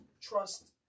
trust